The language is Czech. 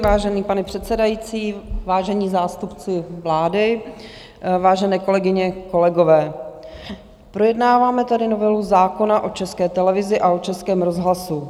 Vážený pane předsedající, vážení zástupci vlády, vážené kolegyně, kolegové, projednáváme tady novelu zákona o České televizi a o Českém rozhlasu.